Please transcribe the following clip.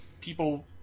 people